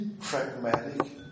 pragmatic